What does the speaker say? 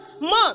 Month